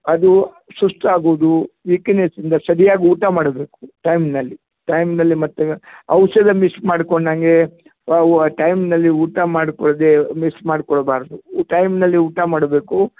ಅದು ಸುಸ್ತು ಆಗೋದು ವೀಕ್ನೆಸ್ಸಿಂದ ಸರಿಯಾಗಿ ಊಟ ಮಾಡಬೇಕು ಟೈಮಿನಲ್ಲಿ ಟೈಮಿನಲ್ಲಿ ಮತ್ತೆ ಔಷಧ ಮಿಸ್ ಮಾಡಿಕೊಂಡಂಗೆ ವ ವ ಟೈಮಿನಲ್ಲಿ ಊಟ ಮಾಡ್ಕೊಳ್ಳದೇ ಮಿಸ್ ಮಾಡಿಕೊಳ್ಬಾರ್ದು ಟೈಮಿನಲ್ಲಿ ಊಟ ಮಾಡಬೇಕು